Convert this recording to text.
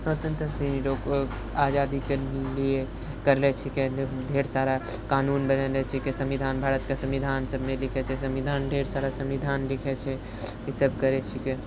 स्वन्तत्रता सनिरो आजादीके लिअ करले छिके ढ़ेर सारा कानून बनेने छिके संविधान भारतके संविधान सभ मिलके लिखने छिके संविधान ढ़ेर सारा संविधान लिखै छै ईसभ करै छिके